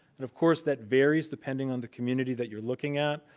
and, of course, that varies depending on the community that you're looking at.